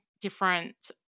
different